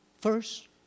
First